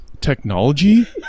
technology